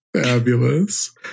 Fabulous